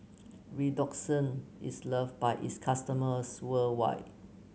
Redoxon is loved by its customers worldwide